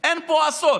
אין פה אסון.